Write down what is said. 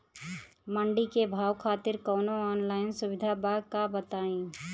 मंडी के भाव खातिर कवनो ऑनलाइन सुविधा बा का बताई?